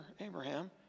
Abraham